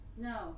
No